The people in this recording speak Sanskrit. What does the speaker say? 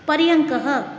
पर्यङ्कः